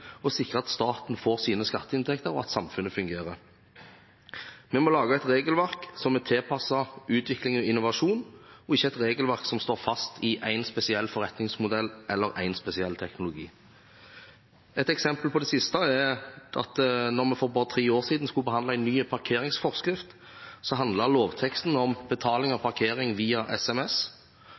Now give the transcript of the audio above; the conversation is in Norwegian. sikre at staten får sine skatteinntekter, og at samfunnet fungerer. Vi må lage et regelverk som er tilpasset utvikling og innovasjon, og ikke et regelverk som står fast i en spesiell forretningsmodell eller en spesiell teknologi. Et eksempel på det siste er at da vi for bare tre år siden skulle behandle en ny parkeringsforskrift, handlet lovteksten om betaling av parkering via SMS.